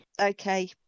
Okay